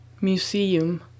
Museum